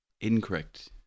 Incorrect